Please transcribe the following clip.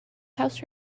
house